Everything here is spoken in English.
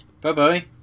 Bye-bye